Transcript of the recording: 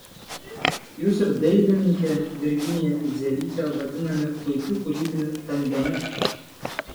jūs ir dailininkė virginija idzelytė vadinami puikiu kūrybiniu tandemu